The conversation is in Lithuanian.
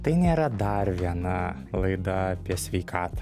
tai nėra dar viena laida apie sveikatą